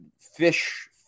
fish